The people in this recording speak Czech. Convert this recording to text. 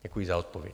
Děkuji za odpověď.